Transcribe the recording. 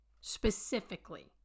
specifically